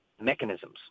mechanisms